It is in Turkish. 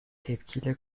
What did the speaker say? tepkiyle